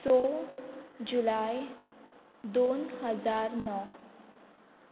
स जुलय दोन हजार णव